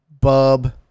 bub